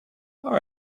our